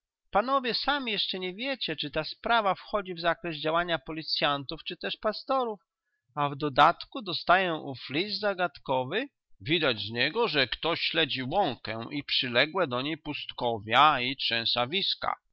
panowie sami jeszcze nie wiecie czy ta sprawa wchodzi w zakres działania policyantów czy też pastorów a w dodatku dostaję ów list zagadkowy widać z niego że ktoś śledzi łąkę i przyległe do niej pustkowia i